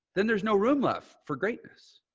then there's no room left for greatness.